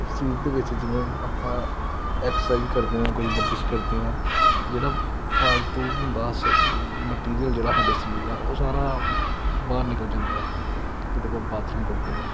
ਸਰੀਰ ਦੇ ਵਿੱਚ ਜਿਵੇਂ ਆਪਾਂ ਐਕਸਰਸਾਈਜ਼ ਕਰਦੇ ਹਾਂ ਕੋਈ ਵਰਜੀਸ਼ ਕਰਦੇ ਹਾਂ ਜਿਹੜਾ ਫਾਲਤੂ ਹੁੰਦਾ ਸ ਮਟੀਰੀਅਲ ਜਿਹੜਾ ਸਾਡੇ ਸਰੀਰ ਦਾ ਉਹ ਸਾਰਾ ਬਾਹਰ ਨਿਕਲ ਜਾਂਦਾ ਜਦੋਂ ਆਪਾਂ ਬਾਥਰੂਮ ਕਰਦੇ ਹਾਂ